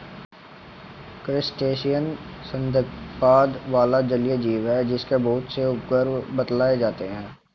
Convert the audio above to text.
crustacean संधिपाद वाला जलीय जीव है जिसके बहुत से उपवर्ग बतलाए जाते हैं